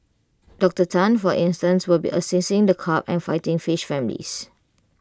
Doctor Tan for instance will be assessing the carp and fighting fish families